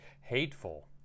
hateful